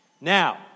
Now